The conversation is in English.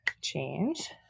change